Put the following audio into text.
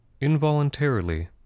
involuntarily